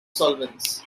solvents